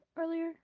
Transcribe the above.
earlier